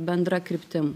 bendra kryptim